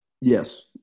Yes